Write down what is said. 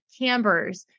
Cambers